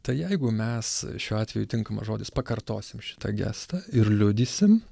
tai jeigu mes šiuo atveju tinkamas žodis pakartosim šitą gestą ir liudysim